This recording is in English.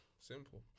Simple